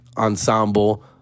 Ensemble